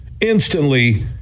instantly